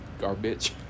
Garbage